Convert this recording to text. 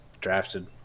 drafted